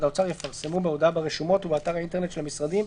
האוצר יפרסמו בהודעה ברשומות ובאתר האינטרנט של המשרד את